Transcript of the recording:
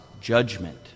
judgment